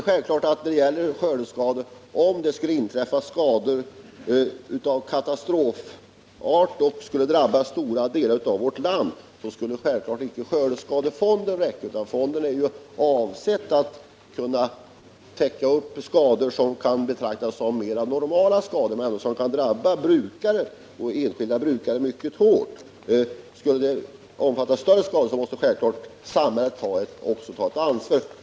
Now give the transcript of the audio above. Om skördekatastrofer skulle drabba stora delar av vårt land skulle skördeskadefonden naturligtvis inte räcka — den är avsedd att täcka mera normala skador, som dock kan drabba enskilda brukare hårt. Vid större skador måste samhället givetvis ta sitt ansvar.